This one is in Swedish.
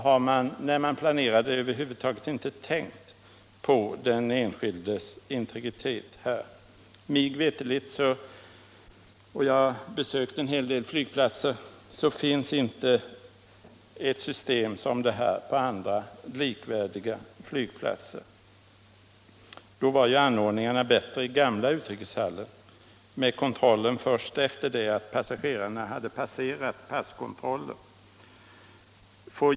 Har de som gjort planeringen inte tänkt på den enskildes integritet? Mig veterligt — och jag har besökt en hel del flygplatser — finns inte ett liknande system på andra likvärdiga flygplatser. Anordningarna i gamla utrikes 41 hallen var bättre med visitationen först sedan passagerarna hade passerat passkontrollen.